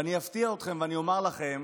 ואני אפתיע אתכם ואני אומר לכם